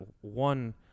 one